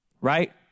Right